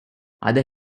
other